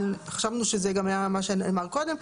אבל חשבנו שזה גם היה מה שנאמר קודם.